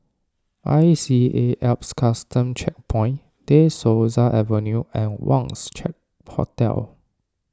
I C A Alps Custom Checkpoint De Souza Avenue and Wangz Check Hotel